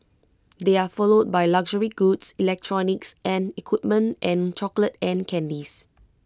they are followed by luxury goods electronics and equipment and chocolates and candies